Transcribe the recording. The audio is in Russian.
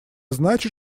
значит